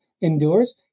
endures